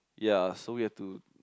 ya so we have to